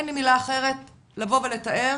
אין לי מילה אחרת לבוא ולתאר